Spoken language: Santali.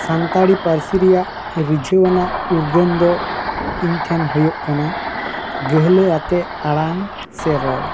ᱥᱟᱱᱛᱟᱲᱤ ᱯᱟᱹᱨᱥᱤ ᱨᱮᱭᱟᱜ ᱨᱤᱡᱷᱟᱹᱣ ᱟᱱᱟᱜ ᱩᱨᱜᱟᱹᱱ ᱫᱚ ᱤᱧ ᱴᱷᱮᱱ ᱦᱩᱭᱩᱜ ᱠᱟᱱᱟ ᱜᱟᱹᱦᱞᱟᱹ ᱟᱛᱮᱫ ᱟᱲᱟᱝ ᱥᱮ ᱨᱚᱲ